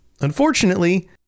Unfortunately